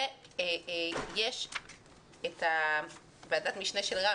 ויש את ועדת המשנה של רם,